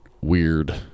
weird